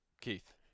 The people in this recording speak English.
Keith